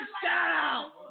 shout-out